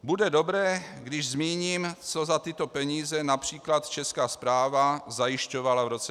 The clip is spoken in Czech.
Bude dobré, když zmíním, co za tyto peníze například Česká správa zajišťovala v roce 2013.